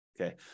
okay